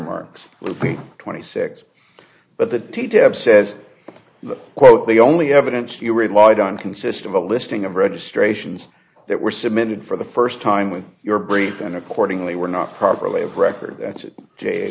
marks will be twenty six but the tab says but quote the only evidence you relied on consist of a listing of registrations that were submitted for the first time with your brief and accordingly were not properly of record that